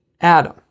Adam